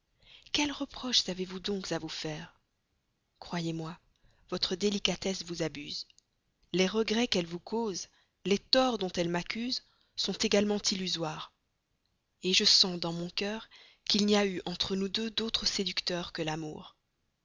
quels reproches avez-vous donc à vous faire croyez-moi votre délicatesse vous abuse les regrets qu'elle vous cause les torts dont elle m'accuse sont également illusoires je sens dans mon cœur qu'il n'y a eu entre nous deux d'autre séducteur que l'amour